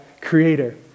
creator